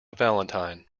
valentine